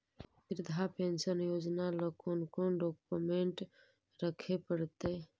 वृद्धा पेंसन योजना ल कोन कोन डाउकमेंट रखे पड़तै?